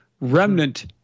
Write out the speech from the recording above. remnant